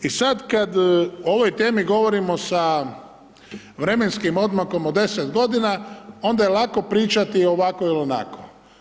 I sad kad o ovoj temi govorimo sa vremenskim odmakom od 10 godina, onda je lako pričati ovako ili onako.